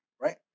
right